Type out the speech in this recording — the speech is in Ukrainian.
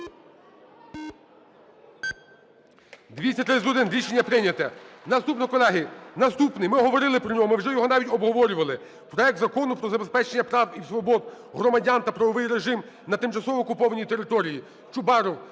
За-231 Рішення прийнято. Наступний, колеги, наступний. Ми говорили про нього, ми вже його навіть обговорювали: проект Закону про забезпечення прав і свобод громадян та правовий режим на тимчасово окупованій території. Чубаров